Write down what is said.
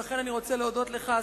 ולכן אני רוצה להודות לך,